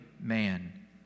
man